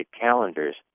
calendars